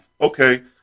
Okay